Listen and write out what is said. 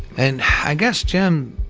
and i guess, jim,